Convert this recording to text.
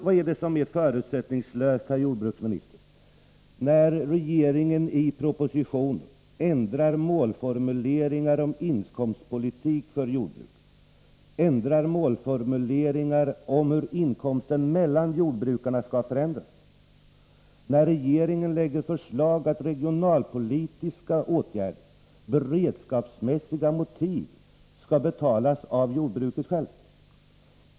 Vad är det som är förutsättningslöst, herr jordbruksminister, när regeringen i en proposition ändrar målformuleringar om inkomstpolitik för jordbruket, ändrar målformuleringar om hur inkomsten mellan jordbrukarna skall förändras, när regeringen lägger fram förslag om att regionalpolitiska och beredskapsmässigt motiverade åtgärder skall Nr 38 betalas av jordbruket självt?